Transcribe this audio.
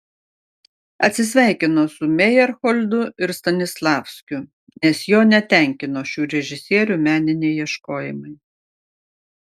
atsisveikino su mejerholdu ir stanislavskiu nes jo netenkino šių režisierių meniniai ieškojimai